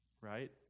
Right